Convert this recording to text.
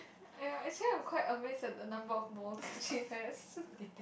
yeah actually I'm quite amazed at the number of moles she has